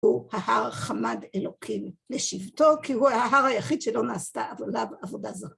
הוא ההר חמד אלוקים לשבתו, כי הוא ההר היחיד שלא נעשתה עליו עבודה זו.